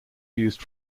used